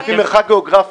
זה לפי מרחק גיאוגרפי.